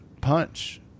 punch